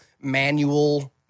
manual